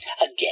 Again